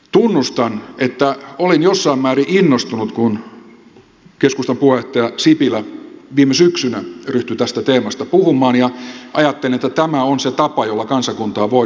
tunnustan että olin jossain määrin innostunut kun keskustan puheenjohtaja sipilä viime syksynä ryhtyi tästä teemasta puhumaan ja ajattelin että tämä on se tapa jolla kansakuntaa voidaan koota